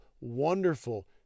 wonderful